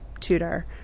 tutor